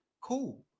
Cool